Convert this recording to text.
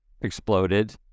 exploded